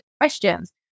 questions